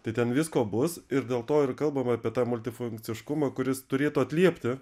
tai ten visko bus ir dėl to ir kalbama apie tą multi funkciškumą kuris turėtų atliepti